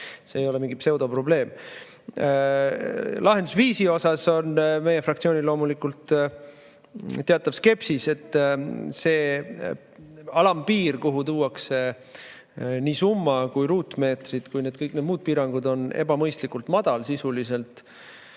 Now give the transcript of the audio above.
see ei ole mingi pseudoprobleem. Lahendusviisi suhtes on meie fraktsioonil loomulikult teatav skepsis. See alampiir, kuhu tuuakse nii summa, ruutmeetrid kui ka kõik need muud piirangud, on ebamõistlikult madal, sisuliselt